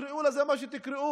תקראו לזה איך שתקראו,